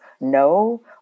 no